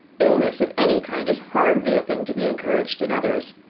illness of any kind is hardly a thing to be encouraged in others.